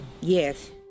Yes